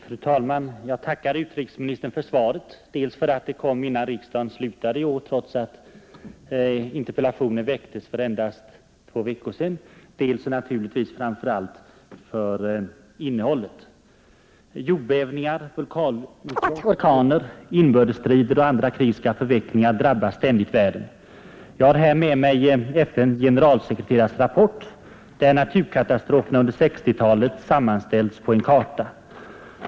Fru talman! Jag tackar utrikesministern för svaret, dels för att det kom innan riksdagen slutade i år trots att interpellationen framställdes för endast två veckor sedan, dels och naturligtvis framför allt för innehållet. Jordbävningar, vulkanutbrott, orkaner, inbördesstrider och andra krigiska förvecklingar drabbar ständigt världen. Jag har här med mig FNs generalsekreterares rapport där naturkatastroferna under 1960-talet sammanställts på en karta.